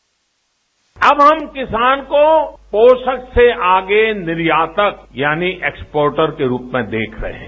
अब हम किसान को पोषक से आगे निर्यातक यानी एक्सपोर्टर के रूप में देख रहे हैं